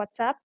WhatsApp